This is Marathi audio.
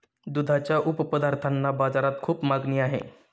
दुधाच्या उपपदार्थांना बाजारात खूप मागणी आहे